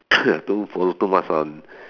don't follow too much on